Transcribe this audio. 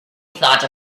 thought